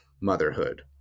motherhood